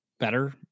better